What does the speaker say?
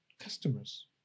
Customers